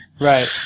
Right